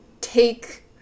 take